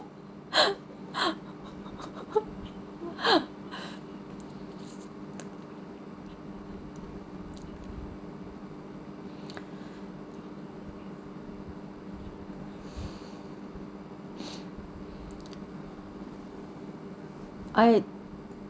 I